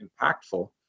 impactful